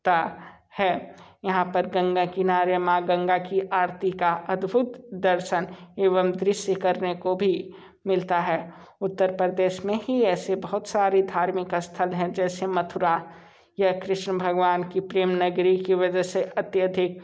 ता है यहाँ पर गंगा किनारे माँ गंगा की आरती का अदभुत दर्शन एवं दृश्य करने को भी मिलता है उत्तर प्रदेश में ही ऐसे बहुत सारे धार्मिक स्थल हैं जैसे मथुरा या कृष्ण भगवान की प्रेम नगरी की वजह से अत्याधिक